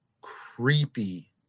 creepy